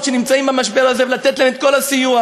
שנמצאים במשבר הזה ולתת להם את כל הסיוע,